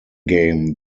game